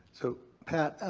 so, pat ah